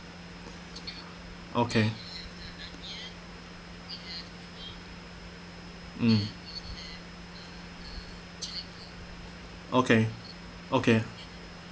okay mm okay okay